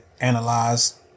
analyze